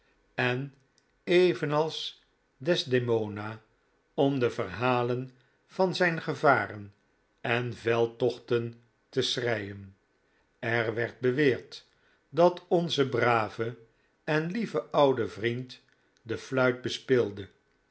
en evenals desdemona om de verhalen van zijn gevaren en veldtochten te schreien er werd beweerd dat onze brave en lieve oude vriend de fluit bespeelde